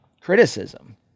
criticism